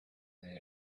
that